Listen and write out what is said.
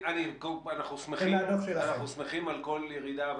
אנחנו שמחים על כל ירידה,